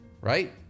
Right